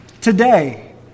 Today